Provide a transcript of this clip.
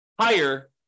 higher